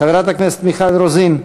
חברת הכנסת מיכל רוזין.